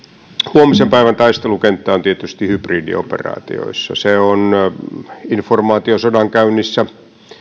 huomisen päivän taistelukenttä on tietysti hybridioperaatioissa se on informaatiosodankäynnissä